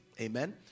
amen